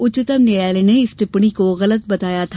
उच्चतम न्यायालय ने इस टिप्पणी को गलत बताया था